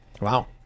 Wow